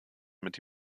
mit